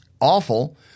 awful